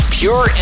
pure